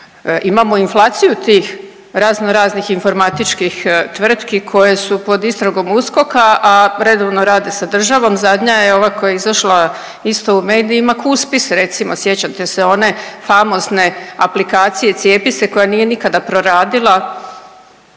Imamo inflaciju tih raznoraznih informatičkih tvrtki koje su pod istragom USKOK-a, a redovno rade sa državom, zadnja je ova koja je izašla isto u medijima Cuspis recimo, sjećate se one famozne aplikacije „CijepiSe“ koja nije nikada proradila,